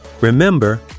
Remember